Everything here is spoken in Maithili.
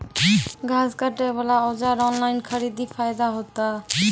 घास काटे बला औजार ऑनलाइन खरीदी फायदा होता?